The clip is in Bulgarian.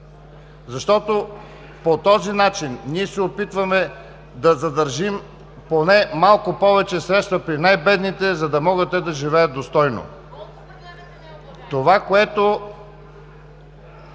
доход. По този начин ние се опитваме да задържим поне малко повече средства при най-бедните, за да могат те да живеят достойно. ДОКЛАДЧИК